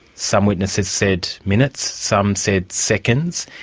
some witnesses said minutes, some said seconds,